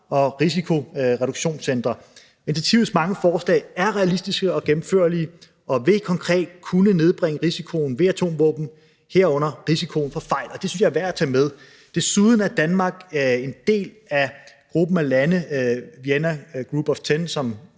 og risikoreduktionscentre. Initiativets mange forslag er realistiske, og gennemførlige og vil konkret kunne nedbringe risikoen ved atomvåben, herunder risikoen for fejl. Og det synes jeg er værd at tage med. Desuden er Danmark en del af gruppen af lande, Vienna Group of Ten,